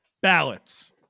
ballots